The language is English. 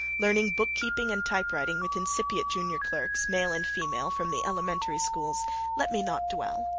learning bookkeeping and typewriting with incipient junior clerks, male and female, from the elementary schools, let me not dwell.